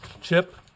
Chip